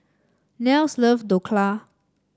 Nels love Dhokla